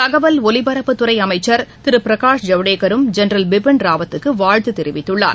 தகவல் ஒலிபரப்புத்துறை அமைச்ச் திரு பிரகாஷ் ஜவடேக்கரும் ஜெனரல் பிபின் ராவத்துக்கு வாழ்த்து தெரிவித்துள்ளார்